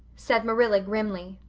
said marilla grimly,